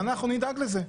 ואנחנו נדאג לזה.